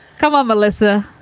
come on, melissa.